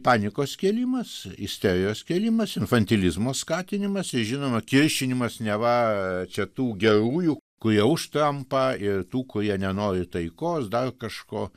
panikos kėlimas isterijos kėlimas infantilizmo skatinimas ir žinoma kiršinimas neva čia tų gerųjų kurie už trampą ir tų kurie nenori taikos dar kažko